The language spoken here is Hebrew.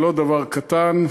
זה לא דבר קטן.